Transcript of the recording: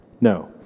No